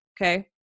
okay